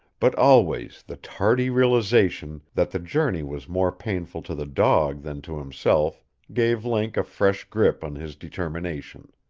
but always the tardy realization that the journey was more painful to the dog than to himself gave link a fresh grip on his determination.